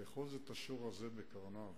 לאחוז את השור הזה בקרניו.